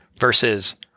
versus